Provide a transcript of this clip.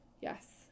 Yes